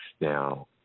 Now